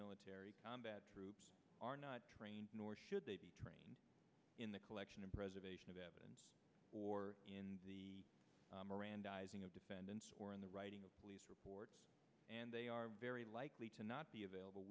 military combat troops are not trained nor should they be trained in the collection and preservation of evidence or in the mirandizing of defendants or in the writing of police reports and they are very likely to not be available